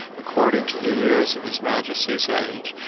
according to the yeiris of his majesteis age,